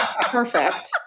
perfect